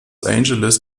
angeles